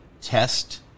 test